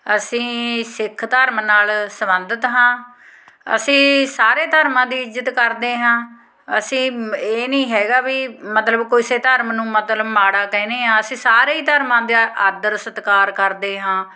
ਅਸੀਂ ਸਿੱਖ ਧਰਮ ਨਾਲ ਸੰਬੰਧਿਤ ਹਾਂ ਅਸੀਂ ਸਾਰੇ ਧਰਮਾਂ ਦੀ ਇੱਜ਼ਤ ਕਰਦੇ ਹਾਂ ਅਸੀਂ ਇਹ ਨਹੀਂ ਹੈਗਾ ਵੀ ਮਤਲਬ ਕਿਸੇ ਧਰਮ ਨੂੰ ਮਤਲਬ ਮਾੜਾ ਕਹਿੰਦੇ ਹਾਂ ਅਸੀਂ ਸਾਰੇ ਹੀ ਧਰਮਾਂ ਦੇ ਆਦਰ ਸਤਿਕਾਰ ਕਰਦੇ ਹਾਂ